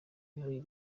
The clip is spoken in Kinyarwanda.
muri